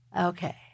Okay